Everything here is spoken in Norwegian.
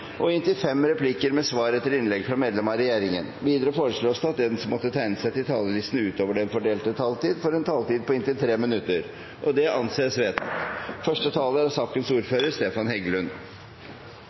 og inntil fem replikker med svar etter innlegg fra medlemmer av regjeringen, og at de som måtte tegne seg på talerlisten utover den fordelte taletid, får en taletid på inntil 3 minutter. – Det anses vedtatt.